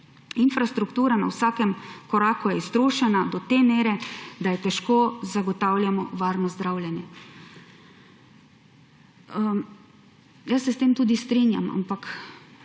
Infrastruktura na vsakem koraku je iztrošena do te mere, da je težko zagotavljati varno zdravljenje.« Jaz se s tem tudi strinjam, ampak